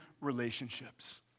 relationships